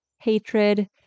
hatred